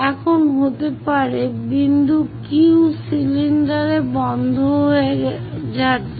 এখন হতে পারে বিন্দু Q সিলিন্ডারে বন্ধ হয়ে যাচ্ছে